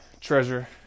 treasure